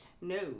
No